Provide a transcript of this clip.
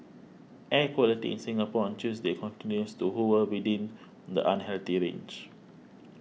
air quality in Singapore on Tuesday continues to hover within the unhealthy range